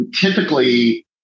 typically